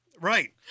Right